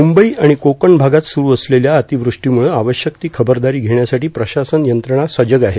मुंबई आणि कोकण भागात सुरू असलेल्या अतिवृष्टीमुळं आवश्यक ती खबरदारी घेण्यासाठी प्रशासन यंत्रणा सजग आहे